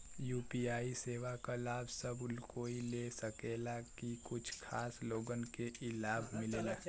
UPI सेवा क लाभ सब कोई ले सकेला की कुछ खास लोगन के ई लाभ मिलेला?